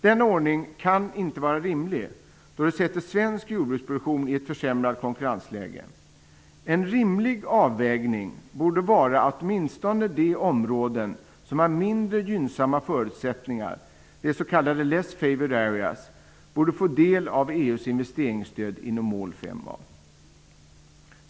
Denna ordning kan inte vara rimlig, då den försätter svensk jordbruksproduktion i ett försämrat konkurrensläge. En rimlig avvägning borde vara att åtminstone de områden som har mindre gynnsamma förutsättningar, de s.k. Less Favoured Areas, borde få del av EU:s investeringsstöd inom mål 5a.